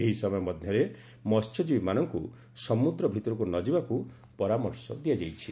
ଏହି ସମୟ ମଧ୍ଧରେ ମଧ୍ଧଜୀବୀମାନଙ୍କୁ ସମୁଦ୍ର ଭିତରକୁ ନ ଯିବାକୁ ପରାମର୍ଶ ଦିଆଯାଇଛି